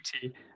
beauty